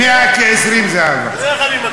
100 כ-20, זהבה.